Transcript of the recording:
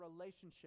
relationship